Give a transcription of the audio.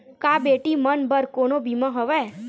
का बेटी मन बर कोनो बीमा हवय?